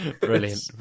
Brilliant